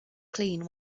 clean